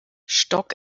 stock